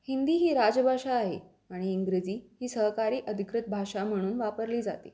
हिंदी ही राजभाषा आहे आणि इंग्रजी ही सहकारी अधिकृत भाषा म्हणून वापरली जाते